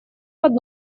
под